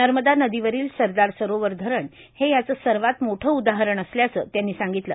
नर्मदा नदीवरील सरदार सरोवर धरण हे याचं सर्वात मोठं उदाहरण असल्याचं त्यांनी सांगितलं